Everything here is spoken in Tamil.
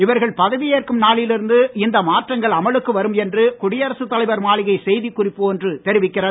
இவர்கள் பதவி ஏற்கும் நாளில் இருந்து இந்த மாற்றங்கள் அமலுக்கு வரும் என்று குடியரசு தலைவர் மாளிகை செய்திக்குறிப்பு ஒன்று தெரிவிக்கிறது